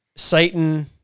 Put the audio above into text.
Satan